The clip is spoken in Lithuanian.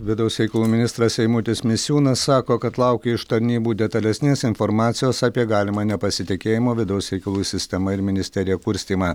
vidaus reikalų ministras eimutis misiūnas sako kad laukia iš tarnybų detalesnės informacijos apie galimą nepasitikėjimo vidaus reikalų sistema ir ministerija kurstymą